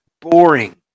boring